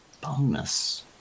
bonus